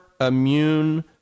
Immune